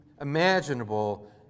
imaginable